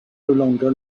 longer